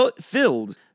filled